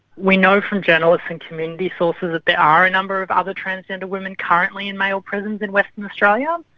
we know from journalists and community sources that there are a number of other transgender women currently in male prisons in western australia.